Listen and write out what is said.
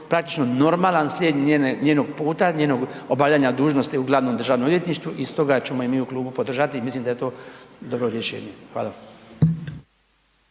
praktično normalan, slijed njenog puta, njenog obavljanja dužnosti u glavnom državnom odvjetništvu i stoga ćemo mi u klubu podržati i mislim da je to dobro rješenje. Hvala.